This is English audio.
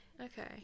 Okay